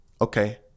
Okay